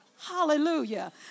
Hallelujah